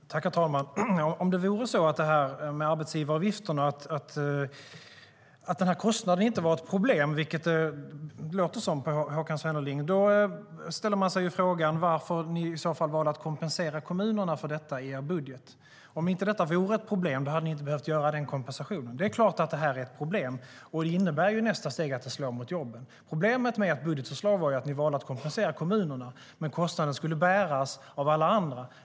Herr talman! Om det vore så att kostnaderna för de höjda arbetsgivaravgifterna inte vore ett problem, vilket det ändå låter på Håkan Svenneling som att det är, ställer man sig ju frågan varför ni i så fall valde att kompensera kommunerna för detta i er budget. Om inte detta vore ett problem hade ni inte behövt göra den kompensationen. Det är klart att det är ett problem som i nästa steg slår mot jobben. Problemet med ert budgetförslag var att ni valde att kompensera kommunerna, men kostnaden skulle bäras av alla andra.